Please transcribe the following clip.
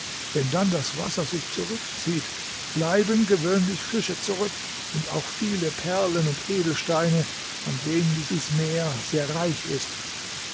wenn dann das wasser sich zurückzieht bleiben gewöhnlich fische zurück und auch viele perlen und edelsteine an denen dieses meer sehr reich ist